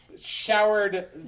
showered